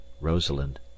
Rosalind